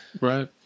Right